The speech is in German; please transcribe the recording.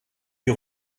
die